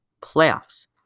playoffs